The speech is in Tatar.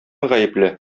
гаепле